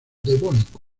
devónico